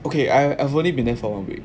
okay I have only been there for one week